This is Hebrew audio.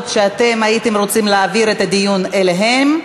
שאתם הייתם רוצים להעביר את הדיון אליהן,